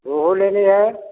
रोहू लेनी है